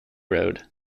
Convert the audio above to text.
road